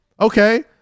okay